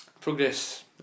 Progress